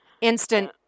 instant